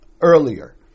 earlier